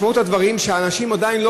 משמעות הדברים היא שאנשים עדיין לא